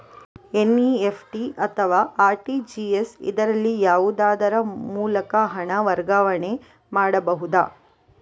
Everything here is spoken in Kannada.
ಎನ್.ಇ.ಎಫ್.ಟಿ ಅಥವಾ ಆರ್.ಟಿ.ಜಿ.ಎಸ್, ಇದರಲ್ಲಿ ಯಾವುದರ ಮೂಲಕ ಹಣ ವರ್ಗಾವಣೆ ಮಾಡಬಹುದು?